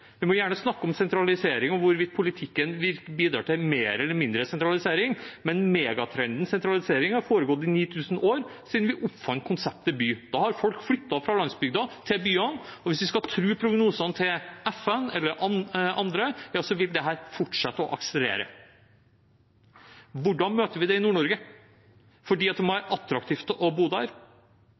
Vi må gjerne snakke om sentralisering og hvorvidt politikken bidrar til mer eller mindre sentralisering, men megatrenden sentralisering har foregått i 9 000 år, siden vi oppfant konseptet by. Siden da har folk flyttet fra landsbygda til byene. Hvis vi skal tro prognosene til FN og andre, vil dette fortsette å akselerere. Hvordan møter vi det i Nord-Norge? For det må være attraktivt å bo der.